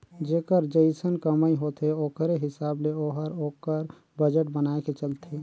जेकर जइसन कमई होथे ओकरे हिसाब ले ओहर ओकर बजट बनाए के चलथे